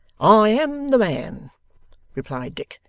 i am the man replied dick.